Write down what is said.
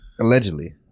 Allegedly